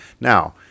now